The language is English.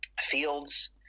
fields